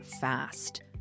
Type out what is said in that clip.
fast